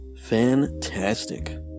Fantastic